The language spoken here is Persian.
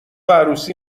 عروسی